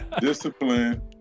discipline